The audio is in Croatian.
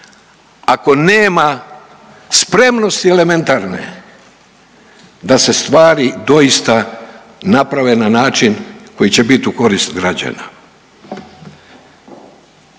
ako nema spremnosti elementarne da se stvari doista naprave na način koje će biti u korist građana.